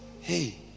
hey